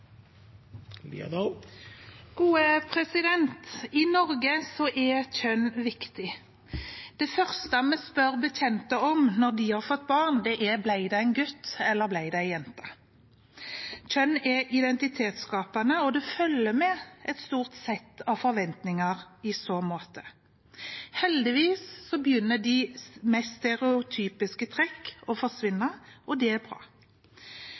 med kjønnsinkongruens. I Norge er kjønn viktig. Det første vi spør bekjente om når de har fått barn, er: Ble det gutt, eller ble det jente? Kjønn er identitetsskapende, og det følger med et stort sett av forventninger i så måte. Heldigvis begynner de mest stereotypiske trekkene å forsvinne. Det er bra.